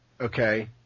okay –